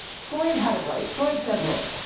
freud had it right. freud said, look,